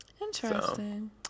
interesting